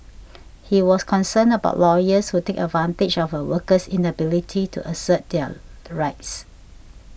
he was concerned about lawyers who take advantage of a worker's inability to assert their rights